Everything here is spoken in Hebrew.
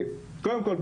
קודם כול,